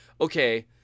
okay